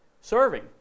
serving